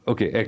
Okay